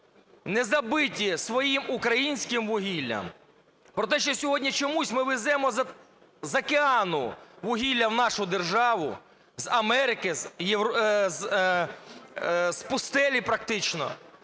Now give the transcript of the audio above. не забиті своїм українським вугіллям, про те, що сьогодні чомусь ми веземо із-за океану вугілля в нашу державу, з Америки, з пустелі практично?